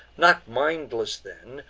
not mindless then,